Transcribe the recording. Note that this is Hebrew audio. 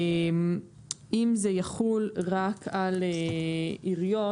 אם זה יחול רק על עיריות,